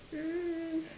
mm